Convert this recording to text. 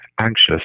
anxious